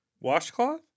Washcloth